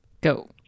Go